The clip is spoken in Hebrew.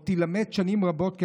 עוד יילמדו שנים רבות,